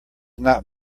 not